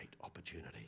opportunity